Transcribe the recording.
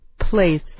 Place